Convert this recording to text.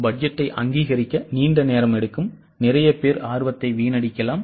பட்ஜெட்டை அங்கீகரிக்க நீண்ட நேரம் எடுக்கும் நிறைய பேர் ஆர்வத்தை வீணடிக்கலாம்